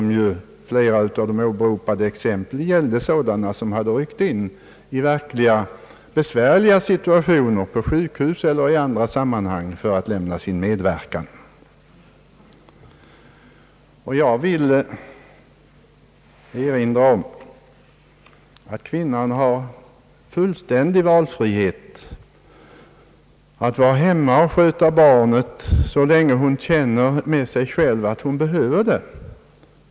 Flera av de åberopade exemplen gällde sådana kvinnor som ryckt in i verkligt besvärliga situationer, på sjukhus eller i andra sammanhang. Jag vill erinra om att kvinnan nu har fullständig valfrihet att vara hemma och sköta barnet så länge hon känner med sig själv att hon behöver det.